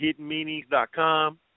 hiddenmeanings.com